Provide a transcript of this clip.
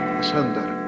asunder